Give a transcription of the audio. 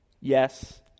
Yes